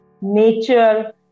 nature